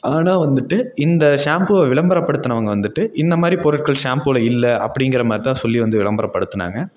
அதோடு வந்துட்டு இந்த ஷாம்புவை விளம்பரப்படுத்துனவங்க வந்துட்டு இந்த மாதிரி பொருட்கள் ஷாம்பில் இல்லை அப்படிங்கிற மாதிரி தான் சொல்லி வந்து விளம்பரப்படுத்தினாங்க